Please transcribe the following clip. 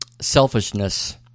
selfishness